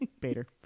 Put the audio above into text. Bader